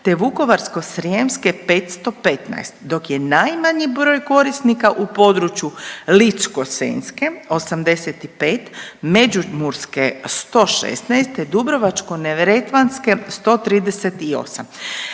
te Vukovarsko-srijemske 515, dok je najmanji broj korisnika u području Ličko-senjske 85, Međimurske 116 te Dubrovačko-neretvanske 138.